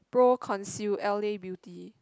pro conceal l_a Beauty